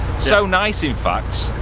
so nice in fact,